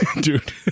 dude